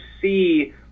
see